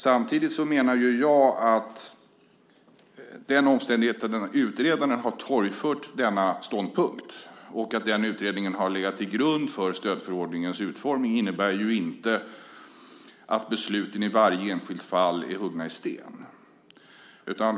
Samtidigt menar jag att omständigheten att utredaren har torgfört denna ståndpunkt och att utredningen har legat till grund för stödförordningens utformning inte innebär att besluten i varje enskilt fall är huggna i sten.